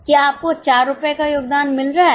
क्या आपको 4 रुपये का योगदान मिल रहा है